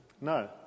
No